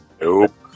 nope